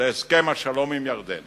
להסכם השלום עם ירדן